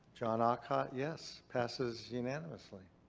john aucott. yes. passes unanimously.